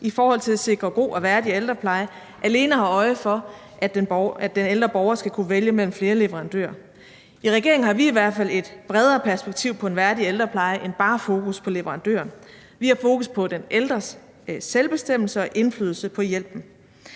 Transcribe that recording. for at sikre god og værdig ældrepleje alene har øje for, at den ældre borger skal kunne vælge mellem flere leverandører? I regeringen har vi i hvert fald et bredere perspektiv på en værdig ældrepleje end bare fokus på leverandøren. Vi har fokus på den ældres selvbestemmelse og indflydelse på hjælpen.